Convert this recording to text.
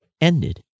ended